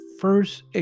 first